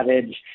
savage